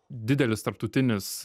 didelis tarptautinis